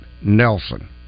Nelson